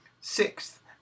Sixth